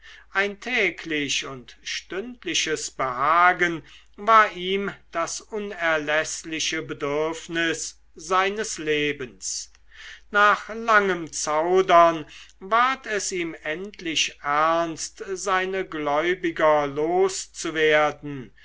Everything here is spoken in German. ein täglich und stündliches behagen war ihm das unerläßliche bedürfnis seines lebens nach langem zaudern ward es ihm endlich ernst seine gläubiger